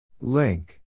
Link